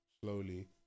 slowly